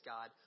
God